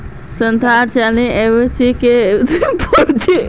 संतरात एंटीऑक्सीडेंट हचछे जे इम्यूनिटीक बढ़ाछे